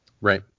Right